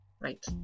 right